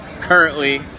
currently